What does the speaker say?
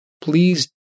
Please